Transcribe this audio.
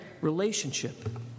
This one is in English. relationship